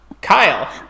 Kyle